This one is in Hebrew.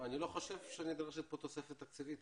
אני לא חושב שנדרשת פה תוספת תקציבית.